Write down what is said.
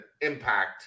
impact